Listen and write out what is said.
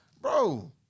bro